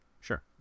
sure